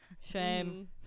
Shame